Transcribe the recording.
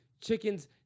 chickens